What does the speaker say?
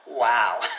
wow